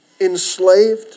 enslaved